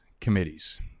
committees